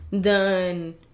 done